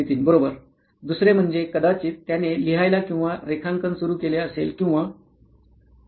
नितीन बरोबर दुसरे म्हणजे कदाचित त्याने लिहायला किंवा रेखांकन सुरू केले असेल किंवा